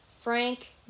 Frank